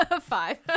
Five